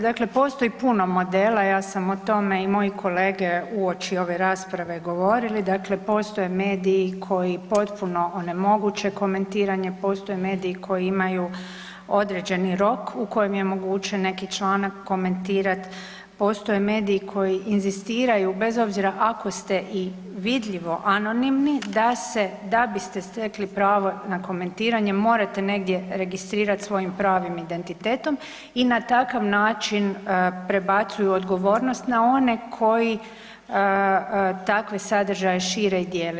Dakle, postoji puno modela, ja sam o tome i moji kolege uoči ove rasprave govorili, dakle postoje mediji koji potpuno onemoguće komentiranje, postoje mediji koji imaju određeni rok u kojem je moguće neki članak komentirat, postoje mediji koji inzistiraju bez obzira ako ste i vidljivo anonimni da se, da biste stekli pravo na komentiranje morate negdje registrirat svojim pravim identitetom i na takav način prebacuju odgovornost na one koji takve sadržaje šire i dijele.